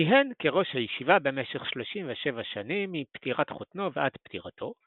כיהן כראש הישיבה במשך 37 שנים מפטירת חותנו ועד פטירתו,